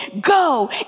go